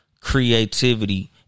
creativity